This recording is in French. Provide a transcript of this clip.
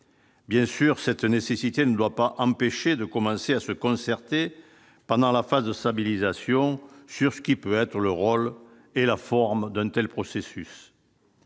bien sûr, cette nécessité ne doit pas empêcher de commencer à se concerter pendant la phase de stabilisation sur ce qui peut être le rôle et la forme de tels processus.